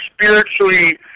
spiritually